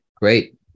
Great